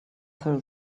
throw